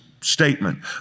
statement